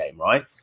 right